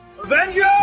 Avengers